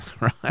right